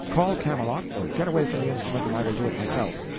call camelot, or get away from the instrument and i will do it myself.